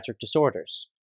disorders